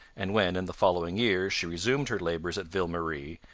and when, in the following year, she resumed her labours at ville marie,